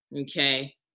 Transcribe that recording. okay